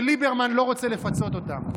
וליברמן לא רוצה לפצות אותם.